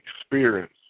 experience